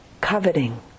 coveting